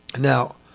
now